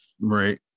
Right